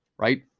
right